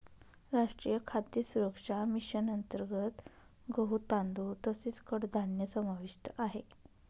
राष्ट्रीय खाद्य सुरक्षा मिशन अंतर्गत गहू, तांदूळ तसेच कडधान्य समाविष्ट आहे